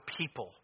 people